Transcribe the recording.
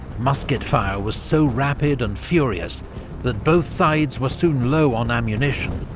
musket fire was so rapid and furious that both sides were soon low on ammunition,